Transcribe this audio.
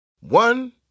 One